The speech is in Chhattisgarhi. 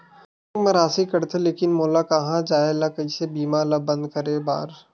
बैंक मा राशि कटथे लेकिन मोला कहां जाय ला कइसे बीमा ला बंद करे बार?